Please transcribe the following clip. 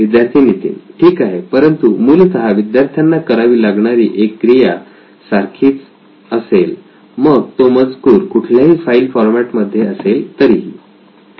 विद्यार्थी नितीन ठीक आहे परंतु मूलतः विद्यार्थ्यांना करावी लागणारी एक क्रिया सारखीच असेल मग तो मजकूर कुठल्याही फाईल फॉरमॅट मध्ये असेल तरीही